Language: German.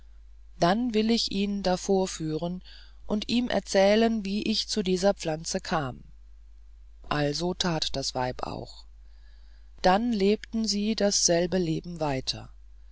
dann will ich ihn davorführen und ihm erzählen wie ich zu dieser pflanze kam also tat das weib auch dann lebten sie dasselbe leben weiter